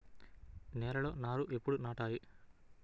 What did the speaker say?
నేలలో నారు ఎప్పుడు నాటాలి?